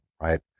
right